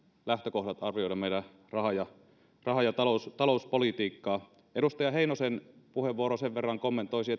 lähtökohdat arvioida meidän raha ja talouspolitiikkaamme edustaja heinosen puheenvuoroon sen verran kommentoisin